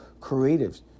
creatives